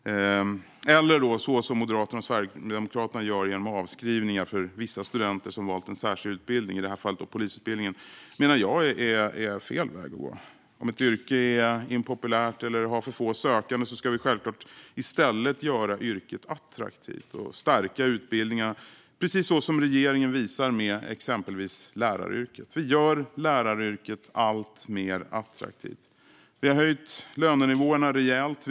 Moderaterna och Sverigedemokraterna gör det genom avskrivningar för vissa studenter som valt en särskild utbildning - i detta fall polisutbildningen. Jag menar att detta är fel väg att gå. Om ett yrke är impopulärt eller om en utbildning har för få sökande ska vi självklart i stället göra yrket attraktivt och stärka utbildningarna, precis så som regeringen visar med exempelvis läraryrket. Vi gör läraryrket alltmer attraktivt. Vi har höjt lönenivåerna rejält.